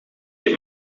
heb